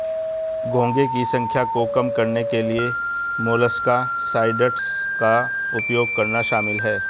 घोंघे की संख्या को कम करने के लिए मोलस्कसाइड्स का उपयोग करना शामिल है